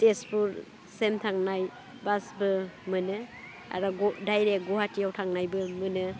तेजपुर सेन थांनाय बासबो मोनो आरो दाइरेक्ट गहाटीयाव थांनायबो मोनो